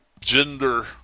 gender